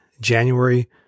January